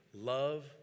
Love